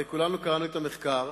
הרי כולנו קראנו את המחקר.